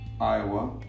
Iowa